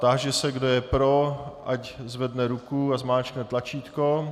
Táži se, kdo je pro, ať zvedne ruku a zmáčkne tlačítko.